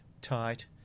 tight